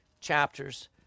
chapters